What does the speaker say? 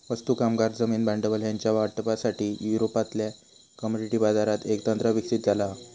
वस्तू, कामगार, जमीन, भांडवल ह्यांच्या वाटपासाठी, युरोपातल्या कमोडिटी बाजारात एक तंत्र विकसित झाला हा